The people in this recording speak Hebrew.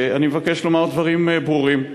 אני מבקש לומר דברים ברורים בקצרה: